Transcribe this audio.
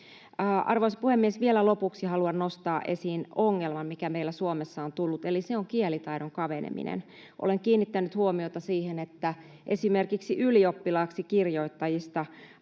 Arvoisa puhemies! Vielä lopuksi haluan nostaa esiin ongelman, mikä meillä Suomessa on tullut, ja se on kielitaidon kaveneminen. Olen kiinnittänyt huomiota siihen, että esimerkiksi ylioppilaaksi kirjoittajista